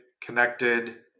connected